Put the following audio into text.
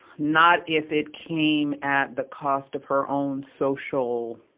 not if it came at the cost of her own social